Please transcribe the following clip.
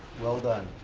well done.